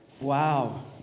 Wow